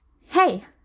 hey